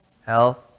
health